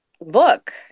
look